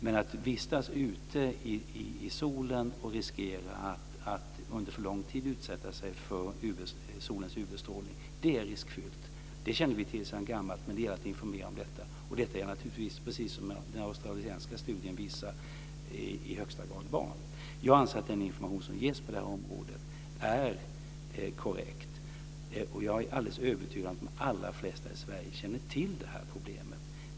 Men att visas ute i solen och under för lång tid utsätta sig för solens UV-strålning är riskfyllt. Det känner vi till sedan gammalt, men det gäller att informera om det. Det gäller naturligtvis, precis som den australiensiska studien visar, i högsta grad barn. Jag anser att den information som ges på det här området är korrekt. Jag är alldeles övertygad om att de allra flesta i Sverige känner till det här problemet.